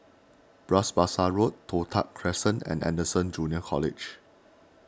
Bras Basah Road Toh Tuck Crescent and Anderson Junior College